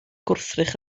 gwrthrych